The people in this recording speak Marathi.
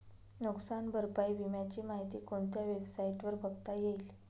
नुकसान भरपाई विम्याची माहिती कोणत्या वेबसाईटवर बघता येईल?